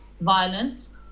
violent